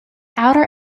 outer